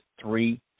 three